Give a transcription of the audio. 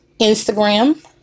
Instagram